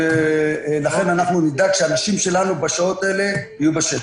לכן נדאג שהאנשים שלנו בשעות האלה יהיו בשטח.